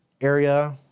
area